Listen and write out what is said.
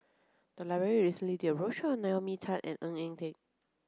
the library recently did a roadshow on Naomi Tan and Ng Eng Teng